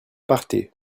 partez